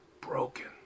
broken